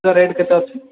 rate କେତେ ଅଛି